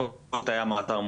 קודם כל בנושא של הכרזת תאי מעצר,